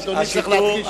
לכן אדוני צריך להדגיש.